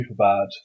Superbad